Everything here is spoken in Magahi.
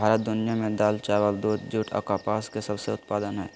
भारत दुनिया में दाल, चावल, दूध, जूट आ कपास के सबसे उत्पादन हइ